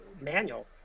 manual